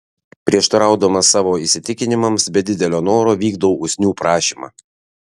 prieštaraudamas savo įsitikinimams be didelio noro vykdau usnių prašymą